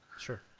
Sure